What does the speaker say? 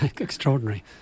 Extraordinary